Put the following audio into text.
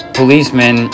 policemen